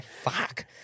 fuck